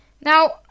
Now